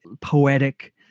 poetic